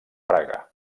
praga